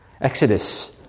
Exodus